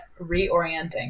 reorienting